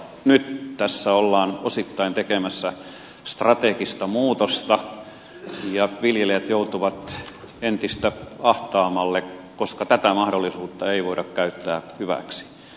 nyt tässä ollaan osittain tekemässä strategista muutosta ja viljelijät joutuvat entistä ahtaammalle koska tätä mahdollisuutta ei voida käyttää hyväksi